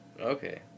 Okay